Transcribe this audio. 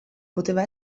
poteva